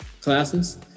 classes